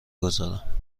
گذارم